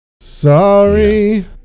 sorry